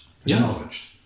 Acknowledged